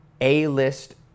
A-list